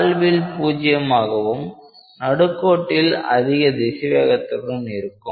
வால்வில் பூஜ்ஜியம் ஆகவும் நடுக்கோட்டில் அதிக திசைவேகத்துடன் இருக்கும்